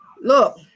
Look